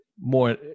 more